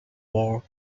war